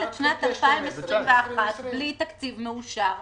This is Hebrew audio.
את שנת 2021 בהיעדר תקציב מאושר ל-2021,